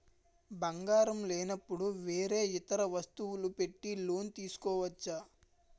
బంగారం లేనపుడు వేరే ఇతర వస్తువులు పెట్టి లోన్ తీసుకోవచ్చా?